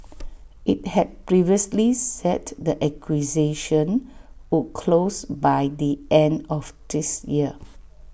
IT had previously said the acquisition would close by the end of this year